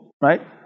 right